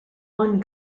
one